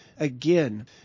Again